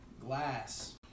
glass